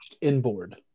inboard